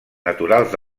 naturals